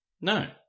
No